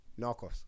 Narcos